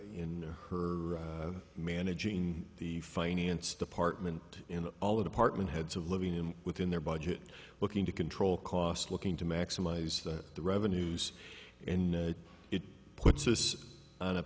in her managing the finance department in all a department heads of living in within their budget looking to control costs looking to maximize that the revenues and it puts us on a